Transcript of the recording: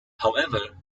however